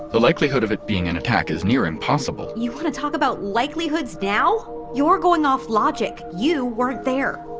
the likelihood of it being an attack is near impossible you want to talk about likelihoods now? you're going off logic, you weren't there.